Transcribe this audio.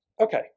Okay